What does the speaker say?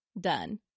done